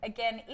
Again